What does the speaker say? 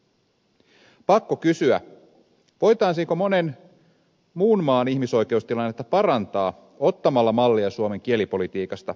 pakko kysyä voitaisiinko monen muun maan ihmisoikeustilannetta parantaa ottamalla mallia suomen kielipolitiikasta